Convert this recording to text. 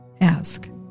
Ask